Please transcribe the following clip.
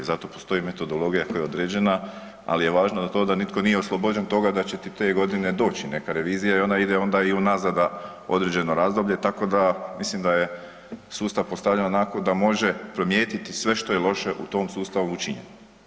Zato postoji metodologija koja je određena ali je važno da to da nitko nije oslobođen toga da će ti te godine doći neka revizija jer ona ide onda i unazada određeno razdoblje, tako da mislim da je sustav postavljen onako da može primijetiti sve što je loše u tom sustavu učinjeno.